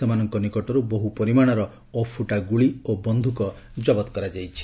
ସେମାନଙ୍କ ନିକଟରୁ ବହୁ ପରିମାଣର ଅଫୁଟା ଗୁଳି ଓ ବନ୍ଧୁକ ଜବତ କରାଯାଇଛି